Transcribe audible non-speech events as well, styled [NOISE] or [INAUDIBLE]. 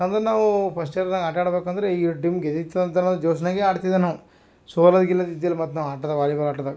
ಅದನ್ನು ನಾವು ಫಸ್ಟ್ ಇಯರ್ನಾಗ ಆಟ ಆಡ್ಬೇಕಂದ್ರೆ ಈಗ ಡಿಂಗೆ [UNINTELLIGIBLE] ಜೋಶ್ನಾಗೆ ಆಡ್ತಿದ್ದೋ ನಾವು ಸೋಲೋದು ಗಿಲೋದು ಇದ್ದಿಲ್ಲ ಮತ್ತು ನಾವು ಆಡ್ರ ವಾಲಿಬಾಲ್ ಆಟ್ದಾಗೆ